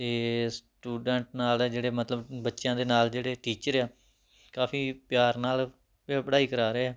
ਅਤੇ ਸਟੂਡੈਂਟ ਨਾਲ ਇਹ ਜਿਹੜੇ ਮਤਲਬ ਬੱਚਿਆਂ ਦੇ ਨਾਲ ਜਿਹੜੇ ਟੀਚਰ ਆ ਕਾਫ਼ੀ ਪਿਆਰ ਨਾਲ ਪ ਪੜ੍ਹਾਈ ਕਰਾ ਰਹੇ ਆ